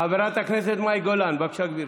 חברת הכנסת מאי גולן, בבקשה, גברתי.